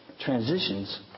transitions